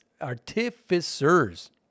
Artificers